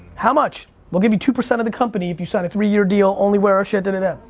how much? we'll give you two percent of the company if you sign a three year deal only wear our shit, de, de, de.